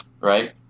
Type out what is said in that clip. right